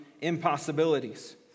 impossibilities